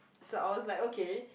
so I was like okay